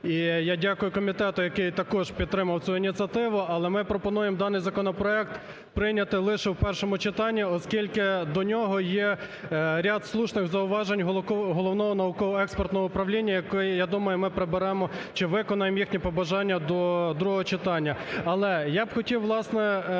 я дякую комітету, який також підтримав цю ініціативу. Але ми пропонуємо даний законопроект прийняти лише в першому читанні, оскільки до нього є ряд слушних зауважень Головного науково-експертного управління, які, я думаю, ми приберемо, чи виконаємо їхні побажання, до другого читання.